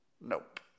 Nope